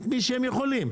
את מי שהם יכולים.